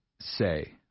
say